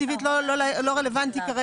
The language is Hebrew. לא רלוונטי.